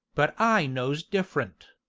but i knows different.